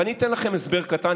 ואני אתן לכם הסבר קטן,